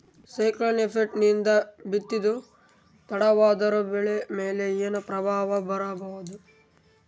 Cyclone effect ನಿಂದ ಬಿತ್ತೋದು ತಡವಾದರೂ ಬೆಳಿ ಮೇಲೆ ಏನು ಪ್ರಭಾವ ಬೀರಬಹುದು?